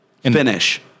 Finish